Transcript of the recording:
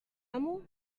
amo